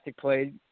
played